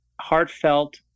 heartfelt